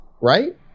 right